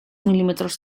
milímetros